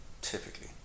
typically